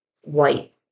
white